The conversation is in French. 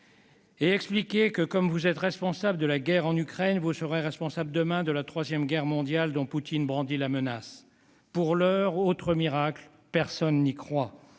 et expliquer que, comme vous êtes responsables de la guerre en Ukraine, vous serez responsables, demain, de la troisième guerre mondiale dont Poutine brandit la menace. Pour l'heure, autre miracle : personne n'y croit.